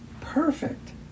perfect